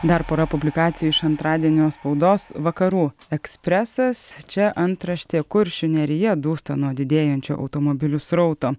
dar pora publikacijų iš antradienio spaudos vakarų ekspresas čia antraštė kuršių nerija dūsta nuo didėjančio automobilių srauto